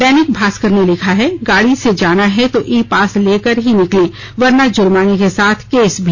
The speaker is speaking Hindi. दैनिक भास्कर ने लिखा है गाड़ी से जाना है तो ई पास लेकर ही निकलें वरना जुर्माने के साथ केस भी